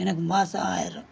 எனக்கு மாதம் ஆயிரம்